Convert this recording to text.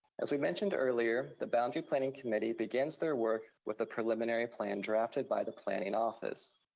as we mentioned earlier, the boundary planning committee begins their work with a preliminary plan drafted by the planning office.